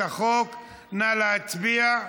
נא להצביע.